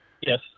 Yes